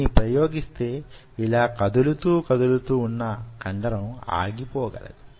దీన్ని ప్రయోగిస్తే ఇలా కదులుతూ కదులుతూ వున్న కండరం ఆగిపోగలదు